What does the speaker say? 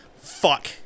fuck